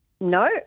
No